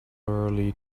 early